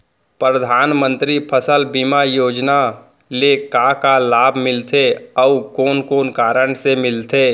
परधानमंतरी फसल बीमा योजना ले का का लाभ मिलथे अऊ कोन कोन कारण से मिलथे?